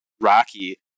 Rocky